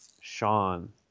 Sean